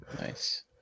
Nice